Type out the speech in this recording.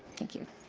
thank you.